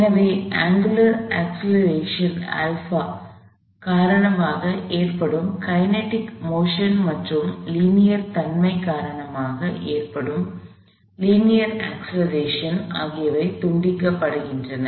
எனவே angular acceleration α காரணமாக ஏற்படும் கைனெடிக் மோஷன் மற்றும் லீனியர் தன்மை காரணமாக ஏற்படும் லீனியர் அக்ஸ்லெரேஷன் ஆகியவை துண்டிக்கப்படுகின்றன